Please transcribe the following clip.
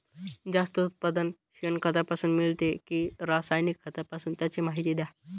जास्त उत्पादन शेणखतापासून मिळते कि रासायनिक खतापासून? त्याची माहिती द्या